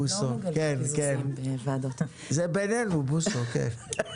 בוועדה כספים.